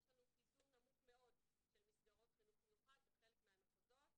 יש לנו פיזור נמוך מאוד של מסגרות חינוך מיוחד בחלק מהמחוזות.